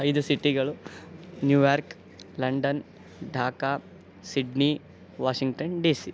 ಐದು ಸಿಟಿಗಳು New York London Dhaka Sydney Washington D C